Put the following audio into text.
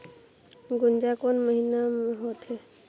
गुनजा कोन महीना होथे?